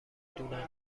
دونن